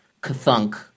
kathunk